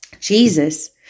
Jesus